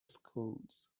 schools